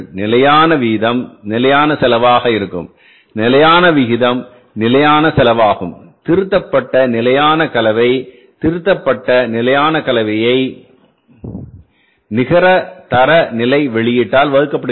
நிலையான வீதம் நிலையான செலவாக இருக்கும் நிலையான விகிதம் நிலையான செலவாகும் திருத்தப்பட்ட நிலையான கலவை திருத்தப்பட்ட நிலையான கலவையை நிகர தரநிலை வெளியீட்டால் வகுக்கப்படுகிறது